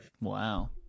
Wow